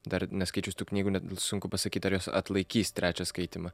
dar neskaičius tų knygų net sunku pasakyt ar jos atlaikys trečią skaitymą